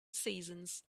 seasons